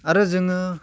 आरो जोङो